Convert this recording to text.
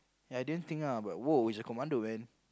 ya I didn't think ah but !woah! he's a commando man